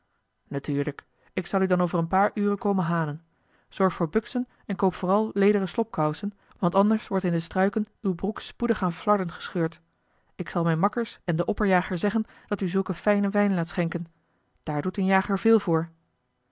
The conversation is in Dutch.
natuurlijk ik zal u dan over een paar uren komen halen zorg voor buksen en koop vooral lederen slobkousen want anders wordt in de struiken uwe broek spoedig aan flarden gescheurd ik zal mijn makkers en den opperjager zeggen dat u zulken fijnen wijn laat schenken daar doet een jager veel voor